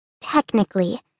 Technically